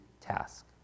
task